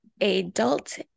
adult